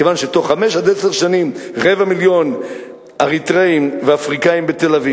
כי בתוך חמש עד עשר שנים רבע מיליון אריתריאים ואפריקנים בתל-אביב,